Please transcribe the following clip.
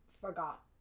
forgot